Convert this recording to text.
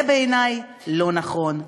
זה בעיני לא נכון.